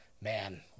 Man